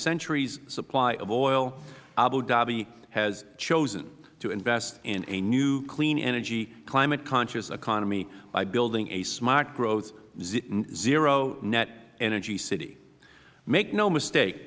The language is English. century's supply of oil abu dhabi has chosen to invest in a new clean energy climate conscious economy by building a smart growth zero net energy city make no mistake